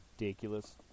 ridiculous